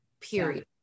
period